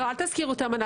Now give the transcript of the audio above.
לא, אל תזכירו את האמנה.